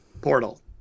portal